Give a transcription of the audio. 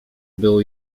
było